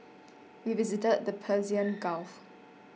we visited the Persian Gulf